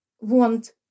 want